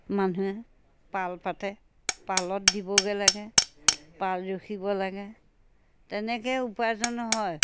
মানুহে পাল পাতে পালত দিবগৈ লাগে পাল ৰখিব লাগে তেনেকৈ উপাৰ্জন হয়